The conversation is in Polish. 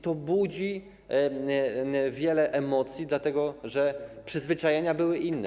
To budzi wiele emocji, dlatego że przyzwyczajenia były inne.